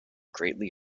greatly